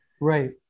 right